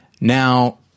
Now